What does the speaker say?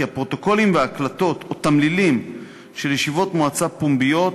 כי הפרוטוקולים וההקלטות או תמלילים של ישיבות מועצה פומביות